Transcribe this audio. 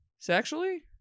sexually